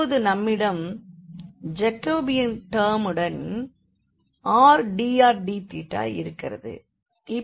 இப்போது நம்மிடம் ஜாகோபியன் டெர்முடன் rdrdθ இருக்கிறது